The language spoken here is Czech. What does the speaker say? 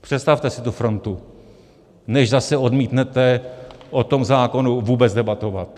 Představte si tu frontu, než zase odmítnete o tom zákonu vůbec debatovat.